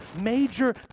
major